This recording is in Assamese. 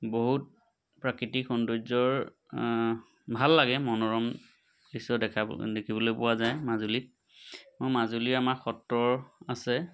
বহুত প্ৰাকৃতিক সৌন্দৰ্যৰ ভাল লাগে মনোৰম দৃশ্য দেখাব দেখিবলৈ পোৱা যায় মাজুলীত মোৰ মাজুলীৰ আমাৰ সত্ৰ আছে